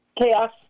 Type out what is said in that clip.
Chaos